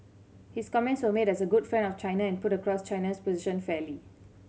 his comments were made as a good friend of China and put across China's position fairly